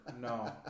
No